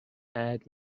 add